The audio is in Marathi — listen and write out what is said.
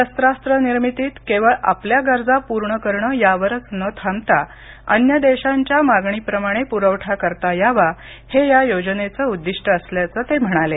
शस्त्रास्त्र निर्मितीत केवळ आपल्या गरजा पूर्ण करणं यावरच न थांबता अन्य देशांच्या मागणीप्रमाणे प्रवठा करता यावा हे या योजनेचं उद्दिष्ट असल्याचं ते म्हणाले